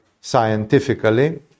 scientifically